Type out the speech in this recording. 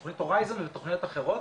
בתוכנית הורייזון ובתוכניות אחרות